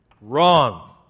Wrong